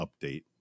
update